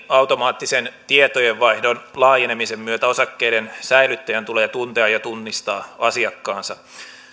automaattisen tietojenvaihdon laajenemisen myötä osakkeiden säilyttäjän tulee tuntea ja tunnistaa asiakkaansa